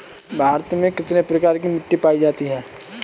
भारत में कितने प्रकार की मिट्टी पाई जाती है?